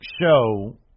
show